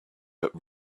but